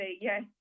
Yes